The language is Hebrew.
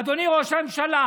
אדוני ראש הממשלה,